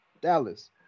Dallas